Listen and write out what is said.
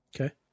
Okay